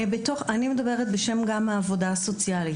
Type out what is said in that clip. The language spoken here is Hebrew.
אני מדברת גם בשם העבודה הסוציאלית.